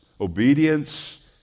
obedience